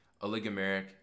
oligomeric